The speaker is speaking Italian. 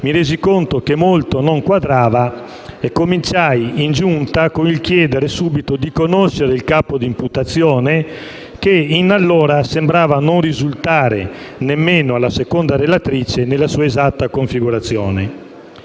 mi resi conto che molto non quadrava e cominciai in Giunta a chiedere di conoscere il capo di imputazione, che allora sembrava non risultare nemmeno alla seconda relatrice nella sua esatta configurazione.